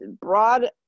broad